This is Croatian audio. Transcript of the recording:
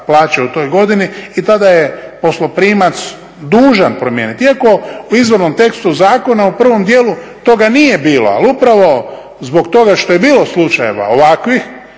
i tada je posloprimac dužan promijeniti, iako u izvornom tekstu zakona u prvom dijelu toga nije bilo. Ali upravo zbog toga što je bilo slučajeva ovakvih